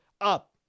up